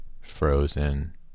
frozen